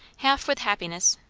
half with happiness,